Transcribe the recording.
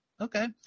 Okay